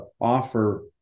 offer